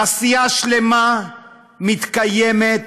תעשייה כלכלית שלמה מתקיימת